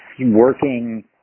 working